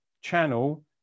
channel